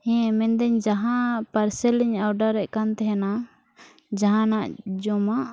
ᱦᱮᱸ ᱢᱮᱱᱫᱟᱹᱧ ᱡᱟᱦᱟᱸ ᱤᱧ ᱼᱮᱫ ᱠᱟᱱ ᱛᱟᱦᱮᱱᱟ ᱡᱟᱦᱟᱱᱟᱜ ᱡᱚᱢᱟᱜ